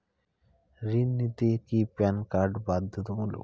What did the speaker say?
ঋণ নিতে কি প্যান কার্ড বাধ্যতামূলক?